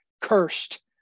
cursed